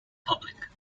public